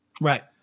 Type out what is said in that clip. Right